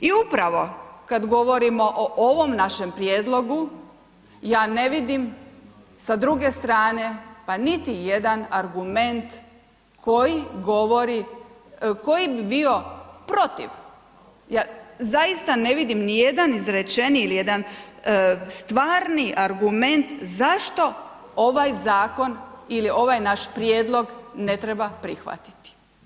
I upravo kada govorimo o ovom našem prijedlogu ja ne vidim sa druge strane pa niti jedan argument koji govori, koji bi bio protiv, ja zaista ne vidim ni jedan izrečeni ili jedan stvarni argument zašto ovaj zakon ili ovaj naš prijedlog ne treba prihvatiti.